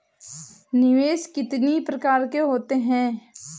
निवेश कितनी प्रकार के होते हैं?